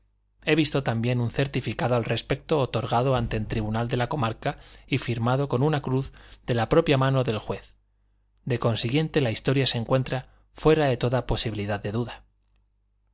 he visto también un certificado al respecto otorgado ante el tribunal de la comarca y firmado con una cruz de la propia mano del juez de consiguiente la historia se encuentra fuera de toda posibilidad de duda